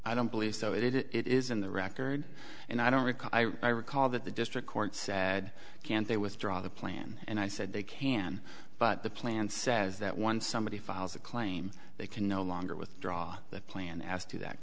i don't believe so it is in the record and i don't recall i recall that the district court said can't they withdraw the plan and i said they can but the plan says that once somebody files a claim they can no longer withdraw the plan as to that